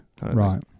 right